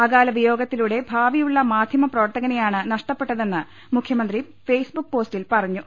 അകാല വിയോഗ ത്തിലൂടെ ഭാവിയുള്ള മാധ്യമ പ്രവർത്തകനെയാണ് നഷടപ്പെട്ട തെന്ന് മുഖ്യമന്ത്രി ഫെയ്സ്ബുക്ക് പോസ്റ്റിൽ പറഞ്ഞു